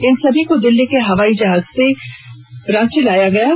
इन सभी को दिल्ली से हवाई जहाज से रांची लाया गया है